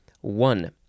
One